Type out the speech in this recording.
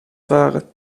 waren